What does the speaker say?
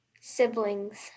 siblings